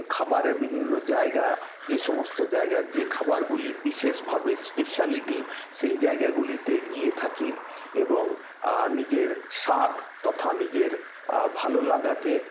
খাবারের বিভিন্ন জায়গা যে সমস্ত জায়গা যে খাবারগুলি বিশেষভাবে স্পেশালিটি সেই জায়গাগুলিতে গিয়ে থাকি এবং নিজের স্বাদ তথা নিজের ভালোলাগাকে